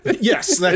Yes